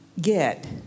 get